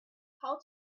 how